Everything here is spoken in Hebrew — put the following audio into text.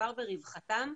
כשמדובר ברווחתם,